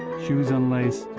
shoes unlaced,